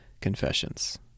Confessions